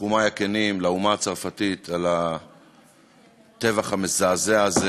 תנחומי הכנים לאומה הצרפתית על הטבח המזעזע הזה,